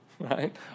right